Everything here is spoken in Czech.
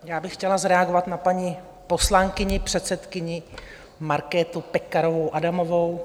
Já bych chtěla zareagovat na paní poslankyni, předsedkyni Markétu Pekarovou Adamovou.